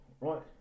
right